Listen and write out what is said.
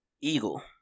Eagle